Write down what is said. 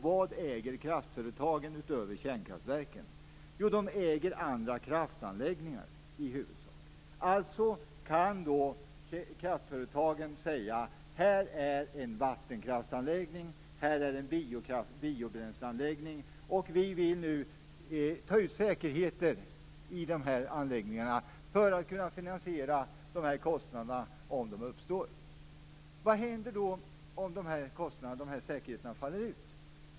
Vad äger kraftföretagen utöver kärnkraftverken? Jo, de äger i huvudsak andra kraftanläggningar. Alltså kan kraftföretagen säga att de har en vattenkraftsanläggning eller en biobränsleanläggning och att de nu vill ta ut säkerheter i dessa anläggningar för att kunna finansiera dessa kostnader om de uppstår. Vad händer då om dessa säkerheter faller ut?